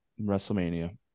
WrestleMania